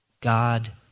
God